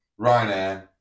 Ryanair